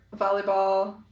volleyball